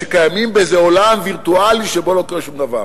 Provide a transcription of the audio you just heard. שקיימות באיזה עולם וירטואלי שבו לא קורה שום דבר,